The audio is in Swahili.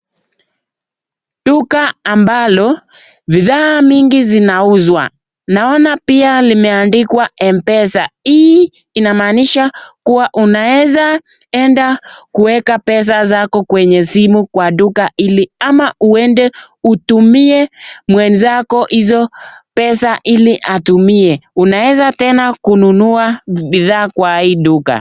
Duka ambalo bidhaa mingi zinauzwa naona pia limeandikwa Mpesa hii inamaanisha kuwa unaweza enda kuweka pesa zako kwenye simu kwa duka hili ama uende utumie mwenzako hizo pesa ili atumie unaweza tena kununua bidhaa kwa hii duka.